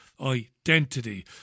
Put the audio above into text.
identity